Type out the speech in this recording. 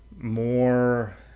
more